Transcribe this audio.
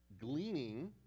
gleaning